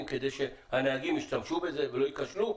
כדי שהנהגים ישתמשו בזה ולא ייכשלו,